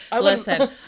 Listen